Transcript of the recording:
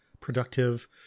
productive